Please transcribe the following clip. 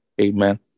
Amen